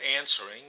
answering